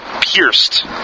pierced